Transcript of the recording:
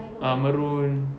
ah maroon